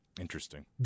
Interesting